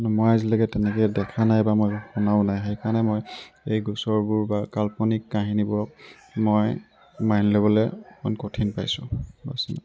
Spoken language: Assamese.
কিন্তু মই আজিলৈকে তেনেকৈ দেখা নাই বা শুনাও নাই সেইকাৰণে মই এই গোচৰবোৰ বা কাল্পনিক কাহিনীবোৰক মই মানি ল'বলৈ অকণ কঠিন পাইছোঁ বছ ইমানে